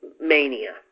mania